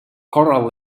corral